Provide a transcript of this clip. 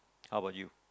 how about you